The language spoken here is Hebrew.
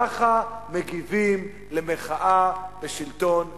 ככה מגיבים למחאה בשלטון נתניהו.